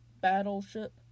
battleship